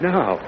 Now